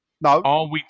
no